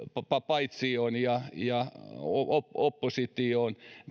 paitsioon ja ja oppositioon